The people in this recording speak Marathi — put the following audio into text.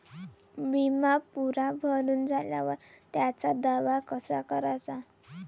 बिमा पुरा भरून झाल्यावर त्याचा दावा कसा कराचा?